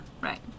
Right